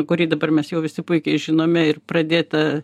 kurį dabar mes jau visi puikiai žinome ir pradėta